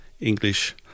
english